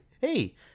hey